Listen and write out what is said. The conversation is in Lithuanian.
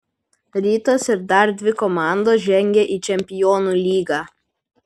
rytas ir dar dvi komandos žengia į čempionų lygą